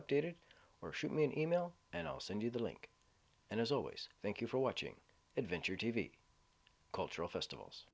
updated or shoot me an email and i'll send you the link and as always thank you for watching adventure t v cultural festivals